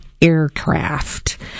aircraft